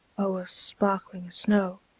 o'er sparkling snow,